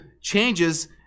changes